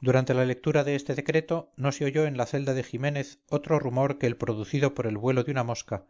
durante la lectura de este decreto no se oyó en la celda de ximénez otro rumor que el producido por el vuelo de una mosca